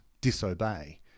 disobey